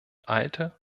alte